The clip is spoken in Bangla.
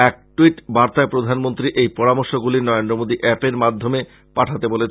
এক ট্যইটবার্তায় প্রধানমন্ত্রী এই পরামর্শগুলি নরেন্দ্র মোদী অ্যাপ এর মাধ্যমে পাঠাতে বলেছেন